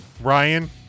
Ryan